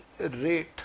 rate